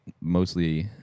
mostly